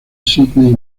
sydney